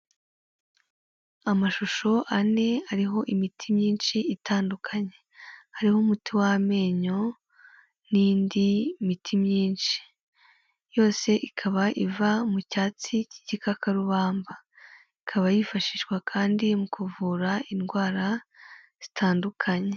Amashusho ane, ariho imiti myinshi itandukanye. Hariho umuti w'amenyo, n'indi miti myinshi, yose ikaba iva mu cyatsi cy'igikakarubamba; ikaba yifashishwa kandi mu kuvura indwara zitandukanye.